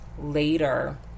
later